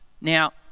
Now